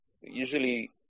usually